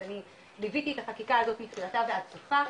אני ליוויתי את החקיקה הזאת מתחילתה ועד סופה,